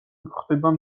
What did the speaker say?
გვხვდება